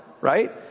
Right